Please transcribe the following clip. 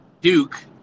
Duke